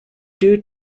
due